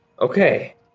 Okay